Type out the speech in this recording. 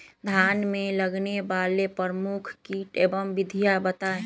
धान में लगने वाले प्रमुख कीट एवं विधियां बताएं?